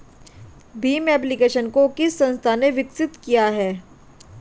Bhim application को किस संस्था ने विकसित किया है?